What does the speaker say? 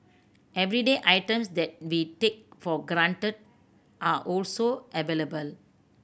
everyday items that we take for granted are also available